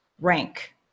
rank